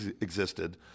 existed